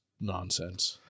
Nonsense